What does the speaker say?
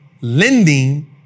lending